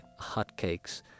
hotcakes